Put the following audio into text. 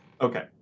okay